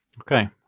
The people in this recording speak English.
Okay